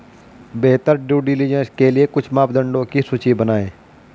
बेहतर due diligence के लिए कुछ मापदंडों की सूची बनाएं?